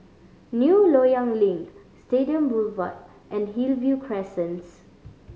New Loyang Link Stadium Boulevard and Hillview Crescents